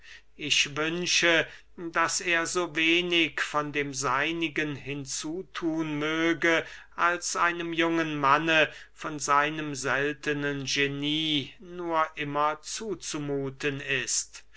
ich wünsche daß er so wenig von dem seinigen hinzuthun möge als einem jungen manne von seinem seltnen genie nur immer zuzumuthen ist